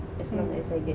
hmm